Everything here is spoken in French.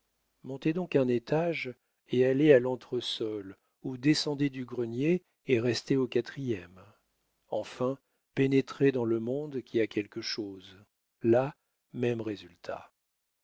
montez donc un étage et allez à l'entresol ou descendez du grenier et restez au quatrième enfin pénétrez dans le monde qui a quelque chose là même résultat